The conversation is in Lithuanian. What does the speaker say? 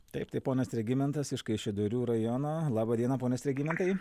taip tai ponas regimentas iš kaišiadorių rajono laba diena ponas regimantai